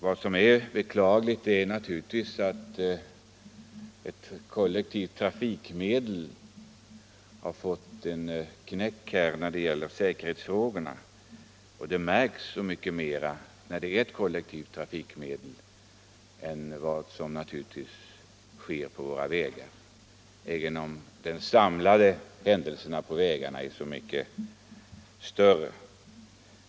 Vad som är beklagligt är naturligtvis att ett kollektivt trafikmedel har fått en knäck när det gäller säkerhetsfrågorna. Det märks så mycket mer när det är ett kollektivt trafikmedel som drabbas än när det sker på våra vägar, även om de samlade olyckorna på vägarna är så mycket större.